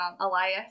Elias